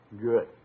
Good